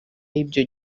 y’ibyo